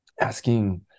asking